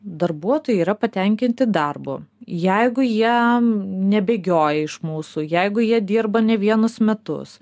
darbuotojai yra patenkinti darbu jeigu jie nebėgioja iš mūsų jeigu jie dirba ne vienus metus